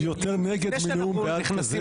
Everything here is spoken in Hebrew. יותר נגד מנאום בעד כזה.